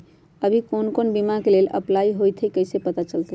अभी कौन कौन बीमा के लेल अपलाइ होईत हई ई कईसे पता चलतई?